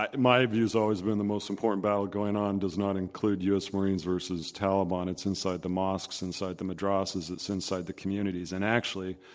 my view has always been the most important battle going on does not include u. s. marines versus taliban. it's inside the mosques, inside the madrasas, it's inside the communities. and actually